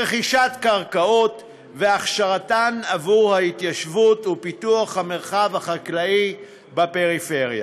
רכישת קרקעות והכשרתן עבור ההתיישבות ופיתוח המרחב החקלאי בפריפריה.